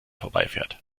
vorbeifährt